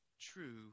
true